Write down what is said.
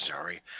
sorry